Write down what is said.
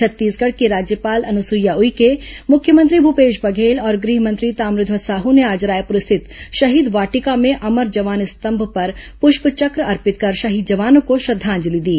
छत्तीसगढ़ की राज्यपाल अनुसुईया उइके मुख्यमंत्री भूपेश बघेल और गृहमंत्री ताम्रध्वज साहू ने आज रायपुर स्थित शहीद वाटिका में अमर जवान स्तंभ पर पुष्पचक्र अर्पित कर शहीद जवानों को श्रद्वांजलि दी